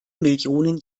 millionen